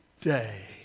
day